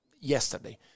yesterday